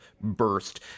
burst